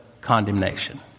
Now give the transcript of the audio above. condemnation